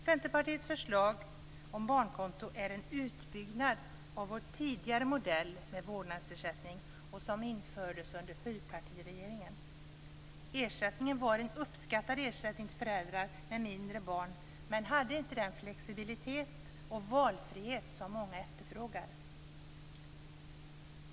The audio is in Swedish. Centerpartiets förslag om barnkonto är en utbyggnad av vår tidigare modell med vårdnadsersättning och som infördes under fyrpartiregeringens tid. Ersättningen var en uppskattad ersättning till föräldrar med mindre barn men hade inte den flexibilitet och valfrihet som många efterfrågar.